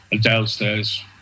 downstairs